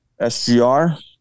SGR